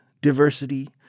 diversity